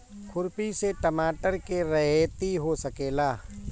खुरपी से टमाटर के रहेती हो सकेला?